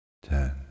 Ten